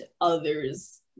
others